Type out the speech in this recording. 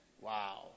Wow